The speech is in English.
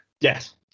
yes